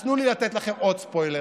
אז תנו לי לתת לכם עוד ספוילר: